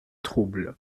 trouble